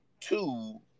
two